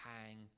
hang